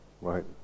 right